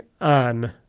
on